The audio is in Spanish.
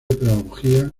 pedagogía